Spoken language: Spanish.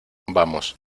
vamos